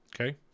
Okay